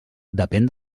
depèn